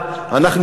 אני באותה דעה,